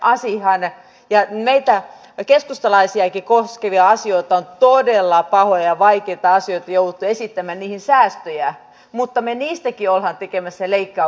on todella pahoja ja vaikeita meitä keskustalaisiakin koskevia asioita on jouduttu esittämään niihin säästöjä ja niistäkin me olemme tekemässä leikkauksia